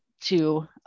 to-